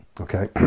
okay